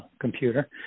computer